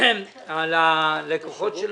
על הלקוחות שלהם,